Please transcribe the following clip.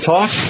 Talk